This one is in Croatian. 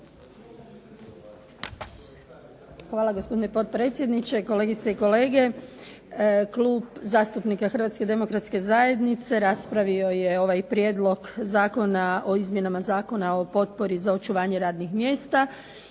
Hvala, gospodine potpredsjedniče. Kolegice i kolege. Klub zastupnika Hrvatske demokratske zajednice raspravio je ovaj Prijedlog zakona o izmjenama Zakona o potpori za očuvanje radnih mjesta